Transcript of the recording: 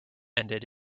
ended